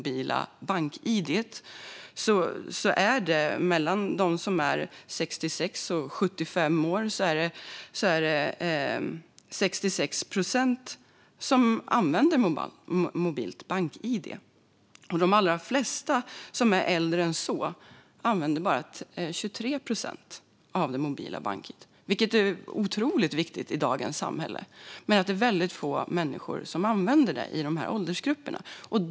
Bland dem som är mellan 66 och 75 år är det 66 procent som använder mobilt bank-id. Bland dem som är äldre än så är det bara 23 procent som använder mobilt bank-id, vilket är otroligt viktigt i dagens samhälle men som väldigt få människor i de här åldersgrupperna använder.